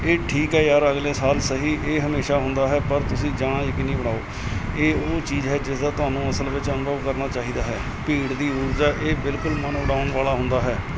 ਇਹ ਠੀਕ ਹੈ ਯਾਰ ਅਗਲੇ ਸਾਲ ਸਹੀ ਇਹ ਹਮੇਸ਼ਾ ਹੁੰਦਾ ਹੈ ਪਰ ਤੁਸੀਂ ਜਾਣਾ ਯਕੀਨੀ ਬਣਾਓ ਇਹ ਉਹ ਚੀਜ਼ ਹੈ ਜਿਸ ਦਾ ਤੁਹਾਨੂੰ ਅਸਲ ਵਿੱਚ ਅਨੁਭਵ ਕਰਨਾ ਚਾਹੀਦਾ ਹੈ ਭੀੜ ਦੀ ਊਰਜਾ ਇਹ ਬਿਲਕੁਲ ਮਨ ਉਡਾਉਣ ਵਾਲਾ ਹੁੰਦਾ ਹੈ